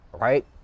right